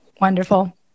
Wonderful